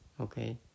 Okay